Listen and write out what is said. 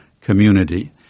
community